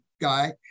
guy